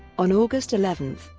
on august eleven,